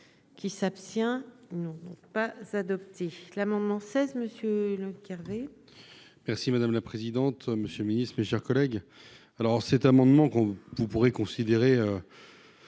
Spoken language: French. qui s'abstient. Non pas adopté l'amendement 16 Monsieur Le Carré. Merci madame la présidente, monsieur le Ministre, mes chers collègues, alors cet amendement qu'on vous pourrez considéré